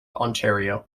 ontario